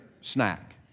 snack